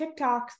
TikToks